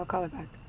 call her back.